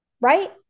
right